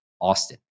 Austin